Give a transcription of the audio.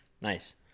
Nice